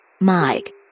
Mike